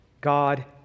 God